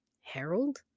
Harold